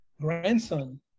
grandson